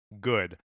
good